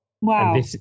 Wow